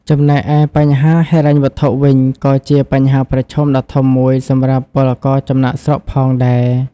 ចំណែកឯបញ្ហាហិរញ្ញវត្ថុវិញ ក៏ជាបញ្ហាប្រឈមដ៏ធំមួយសម្រាប់ពលករចំណាកស្រុកផងដែរ ។